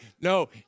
No